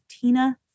Tina